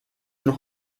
noch